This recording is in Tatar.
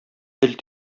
тел